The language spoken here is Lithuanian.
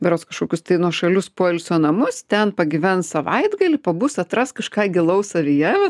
berods kažkokius nuošalius poilsio namus ten pagyvens savaitgalį pabus atras kažką gilaus savyje